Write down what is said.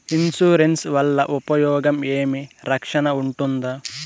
Insurance వల్ల ఉపయోగం ఏమి? రక్షణ ఉంటుందా?